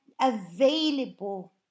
available